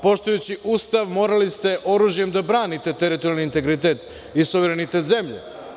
Poštujući Ustav morali ste oružjem da branite teritorijalni integritet i suverenitet zemlje.